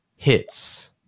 Hits